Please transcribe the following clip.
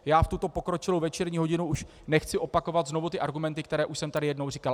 Já v tuto pokročilou večerní hodinu už nechci opakovat znovu ty argumenty, které už jsem tady jednou říkal.